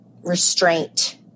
restraint